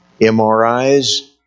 MRIs